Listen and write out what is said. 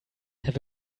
have